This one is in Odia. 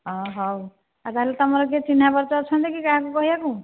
ହେଉ ଆଉ ତାହେଲେ ତୁମର କିଏ ଚିହ୍ନା ପରିଚୟ ଅଛନ୍ତି କି ଯାହାକୁ କହିବାକୁ